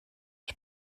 ich